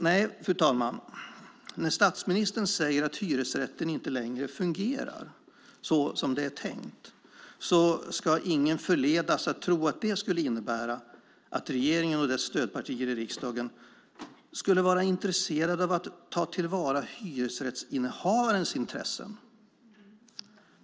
Nej, fru talman, när statsministern säger att hyresrätten inte längre fungerar som det är tänkt ska ingen förledas att tro att det skulle innebära att regeringen och dess stödpartier i riksdagen skulle vara intresserad av att ta till vara hyresrättsinnehavarens intressen.